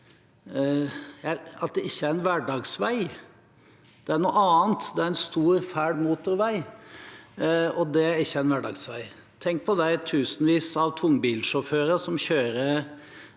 E6, ikke er en hverdagsvei. Den er noe annet. Det er en stor, fæl motorvei, og det er ikke en hverdagsvei. Tenk på de tusenvis av tungbilsjåfører som kjører